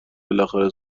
بالاخره